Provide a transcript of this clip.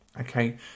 Okay